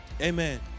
Amen